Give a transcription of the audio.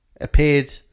appeared